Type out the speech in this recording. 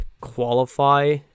qualify